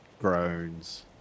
groans